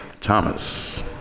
Thomas